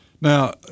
Now